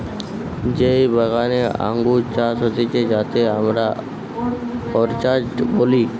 যেই বাগানে আঙ্গুর চাষ হতিছে যাতে আমরা অর্চার্ড বলি